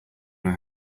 know